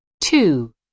Two